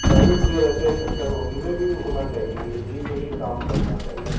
private जो रहते हैं सेक्टर उनमें भी होना चाहिए कि हिंदी में ही काम करना चाहिए